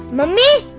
money